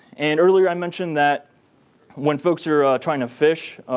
and earlier i mentioned that when folks are trying to phish,